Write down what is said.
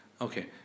Okay